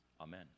Amen